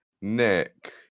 Nick